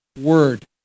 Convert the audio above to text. word